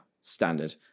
Standard